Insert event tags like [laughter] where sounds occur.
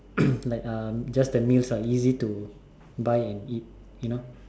[coughs] like um just the meals are easy to buy and eat you know